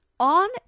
on